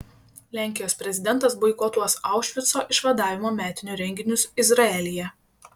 lenkijos prezidentas boikotuos aušvico išvadavimo metinių renginius izraelyje